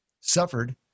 suffered